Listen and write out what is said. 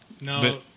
No